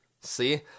See